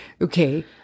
Okay